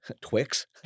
Twix